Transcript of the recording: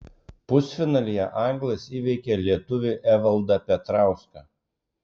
pusfinalyje anglas įveikė lietuvį evaldą petrauską